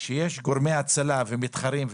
כשיש גורמי הצלה ומתחרים,